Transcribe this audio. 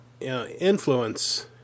influence